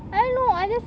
I don't know I just